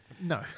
No